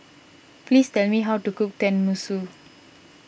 please tell me how to cook Tenmusu